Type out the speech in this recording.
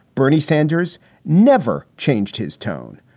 bernie sanders never changed his tone.